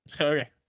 Okay